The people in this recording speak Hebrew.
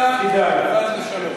חס וחלילה וחס ושלום.